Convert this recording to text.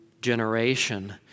Generation